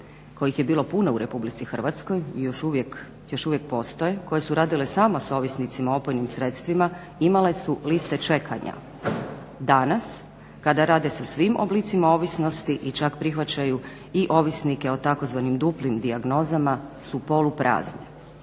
kojih je bilo puno u RH i još uvijek postoje, koje su radile samo s ovisnicima o opojnim sredstvima, imale su liste čekanja. Danas, kada rade sa svim oblicima ovisnosti i čak prihvaćaju i ovisnike o tzv. duplim dijagnozama su polu prazne.